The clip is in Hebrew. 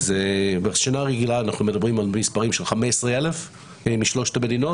אנחנו מדברים על מספרים של 15,000 משלושת המדינות.